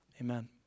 amen